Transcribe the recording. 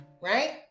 right